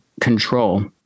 control